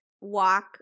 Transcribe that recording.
walk